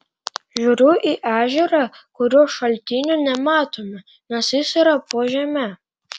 žiūriu į ežerą kurio šaltinio nematome nes jis yra po žeme